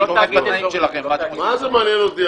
מה זה מעניין אותי,